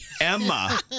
Emma